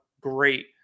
great